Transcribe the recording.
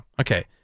Okay